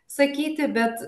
sakyti bet